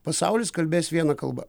pasaulis kalbės viena kalba